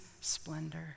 splendor